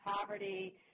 poverty